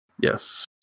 Yes